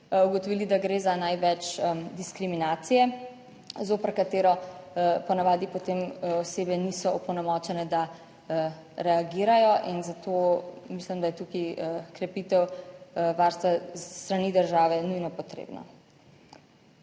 ugotovili, da gre za največ diskriminacije zoper katero ponavadi potem osebe niso opolnomočene, da reagirajo, in zato mislim, da je tukaj krepitev varstva s strani države, nujno potrebna.